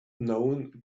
known